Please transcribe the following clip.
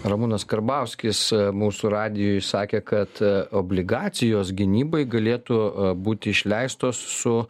ramūnas karbauskis mūsų radijui sakė kad obligacijos gynybai galėtų būti išleistos su